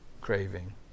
craving